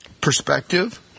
perspective